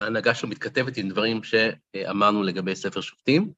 ההנהגה שלו מתכתבת עם דברים שאמרנו לגבי ספר שופטים.